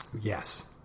Yes